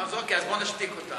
אוקיי, אז בוא נשתיק אותה.